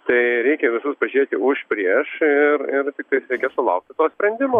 tai reikia visus pažiūrėti už prieš ir ir tiktai reikia sulaukti to sprendimo